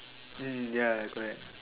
mm ya that's why